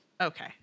Okay